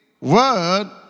word